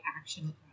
action